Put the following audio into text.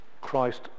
Christ